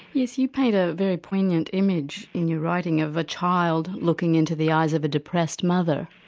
yes, you paint a very poignant image in your writing of a child looking into the eyes of a depressed mother.